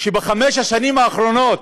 שבחמש השנים האחרונות,